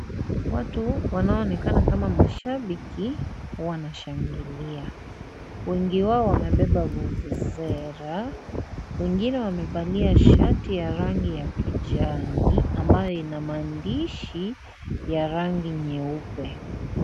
Watu wanaoonekana kama mashabiki wanashangilia. Wengi wao wamebeba vuvuzela, wengine wamevalia shati ya rangi ya kijani, ambayo ina maandishi ya rangi nyeupe.